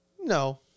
No